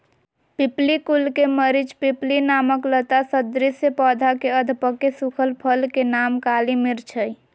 पिप्पली कुल के मरिचपिप्पली नामक लता सदृश पौधा के अधपके सुखल फल के नाम काली मिर्च हई